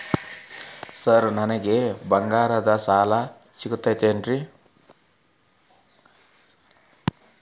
Sir ನನಗೆ ಬಂಗಾರದ್ದು ಸಾಲ ಸಿಗುತ್ತೇನ್ರೇ?